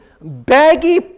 baggy